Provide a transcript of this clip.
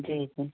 जी जी